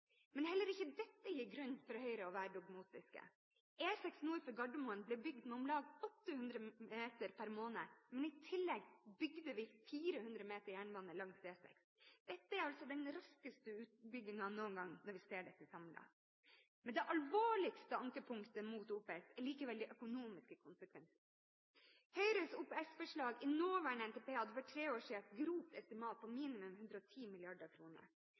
Men heller ikke dette gir grunn for Høyre til å være dogmatiske. E6 nord for Gardermoen ble bygd med om lag 800 meter per måned, men i tillegg bygde vi 400 meter jernbane langs E6. Dette er altså den raskeste utbyggingen noen gang, når vi ser dette samlet. Men det alvorligste ankepunktet mot OPS er likevel de økonomiske konsekvensene. Høyres OPS-forslag i nåværende NTP hadde for tre år siden et grovt estimat på minimum 110